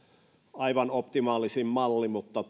aivan optimaalisin malli mutta